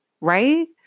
Right